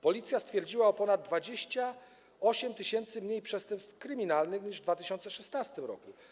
Policja stwierdziła ponad 28 tys. mniej przestępstw kryminalnych niż w 2016 r.